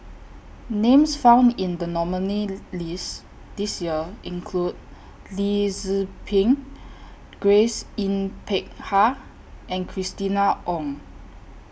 Names found in The nominees' list This Year include Lee Tzu Pheng Grace Yin Peck Ha and Christina Ong